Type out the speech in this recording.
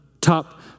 top